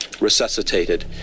resuscitated